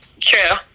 True